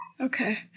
Okay